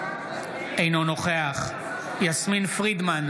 אינו נוכח יסמין פרידמן,